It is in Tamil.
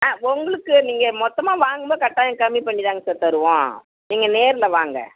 ஆ உங்களுக்கு நீங்கள் மொத்தமாக வாங்கும்போது கட்டாயம் கம்மிப் பண்ணிதாங்க சார் தருவோம் நீங்கள் நேரில் வாங்க